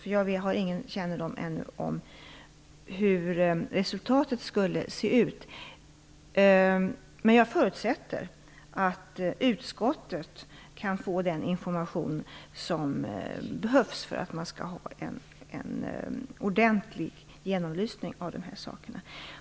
Jag har alltså ingen kännedom om hur resultatet ser ut. Men jag förutsätter att utskottet kan få den information som behövs för att de här sakerna skall bli ordentligt genomlysta.